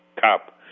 cop